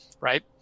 right